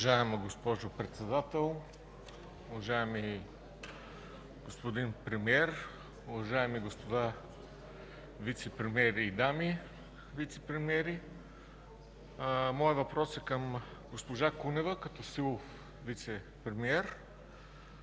Моят въпрос е към госпожа Кунева, като силов вицепремиер.